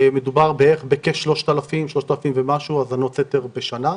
מדובר בערך בכ-3,000 ומשהו האזנות סתר בשנה.